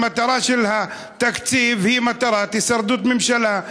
המטרה של התקציב היא מטרת הישרדות הממשלה.